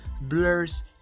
blurs